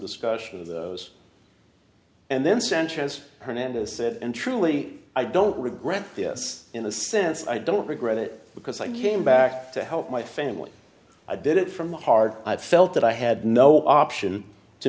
discussion of those and then sanchez hernandez said and truly i don't regret this in the sense i don't regret it because i came back to help my family i did it from the heart i felt that i had no option to